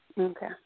Okay